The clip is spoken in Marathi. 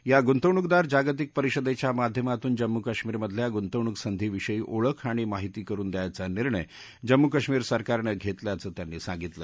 या गुंतवणूकदार जागतिक परिषदेच्या माध्यमातून जम्मू काश्मीरमधल्या गुंतवणूक संधीविषयी ओळख आणि माहिती करुन द्यायचा निर्णय जम्मू कश्मीर सरकारनं घेतल्याचं त्यांनी सांगितलं